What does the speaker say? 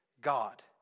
God